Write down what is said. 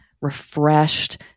refreshed